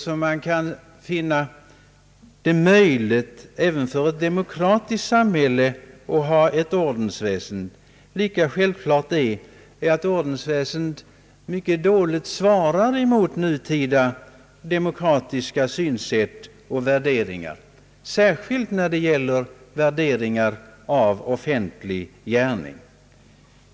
Liksom det kan vara möjligt även för ett demokratiskt samhälle att ha ett ordensväsen, lika självklart är att ordensväsendet mycket dåligt svarar mot nutida demokratiska synsätt och värderingar, särskilt när det gäller värderingar av offentlig gärning.